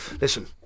Listen